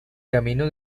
camino